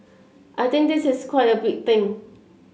I think this is quite a big thing